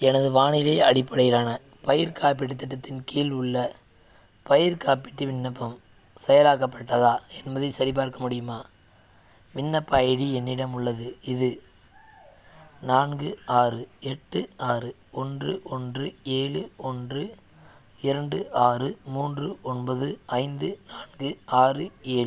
எனது வானிலை அடிப்படையிலான பயிர் காப்பீட்டுத் திட்டத்தின் கீழ் உள்ள பயிர்க் காப்பீட்டு விண்ணப்பம் செயலாக்கப்பட்டதா என்பதைச் சரிபார்க்க முடியுமா விண்ணப்ப ஐடி என்னிடம் உள்ளது இது நான்கு ஆறு எட்டு ஆறு ஒன்று ஒன்று ஏழு ஒன்று இரண்டு ஆறு மூன்று ஒன்பது ஐந்து நான்கு ஆறு ஏழு